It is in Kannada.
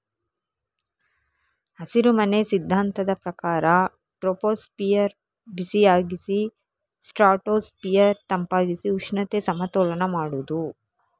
ಹಸಿರುಮನೆ ಸಿದ್ಧಾಂತದ ಪ್ರಕಾರ ಟ್ರೋಪೋಸ್ಫಿಯರ್ ಬಿಸಿಯಾಗಿಸಿ ಸ್ಟ್ರಾಟೋಸ್ಫಿಯರ್ ತಂಪಾಗಿಸಿ ಉಷ್ಣತೆ ಸಮತೋಲನ ಮಾಡುದು